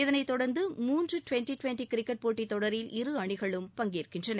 இதனைதொடர்ந்து மூன்று twenty twenty cricket போட்டித் தொடரில் இரு அணிகளும் பங்கேற்கின்றன